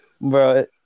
bro